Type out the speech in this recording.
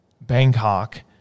Bangkok